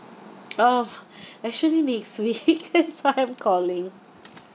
oh actually next week that's why I'm calling